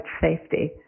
safety